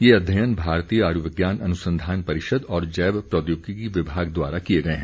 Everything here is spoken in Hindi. यह अध्ययन भारतीय आयुर्विज्ञान अनुसंधान परिषद और जैव प्रौद्योगिकी विभाग द्वारा किए गए हैं